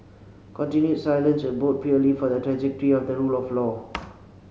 continued silence would bode poorly for the trajectory of the rule of law